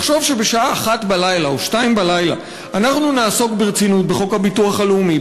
לחשוב שבשעה 01:00 או 02:00 אנחנו נעסוק ברצינות בחוק הביטוח הלאומי,